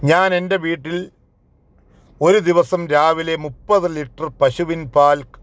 ഞാൻ എൻ്റെ വീട്ടിൽ ഒരു ദിവസം രാവിലെ മുപ്പത് ലിറ്റർ പശുവിൻ പാൽ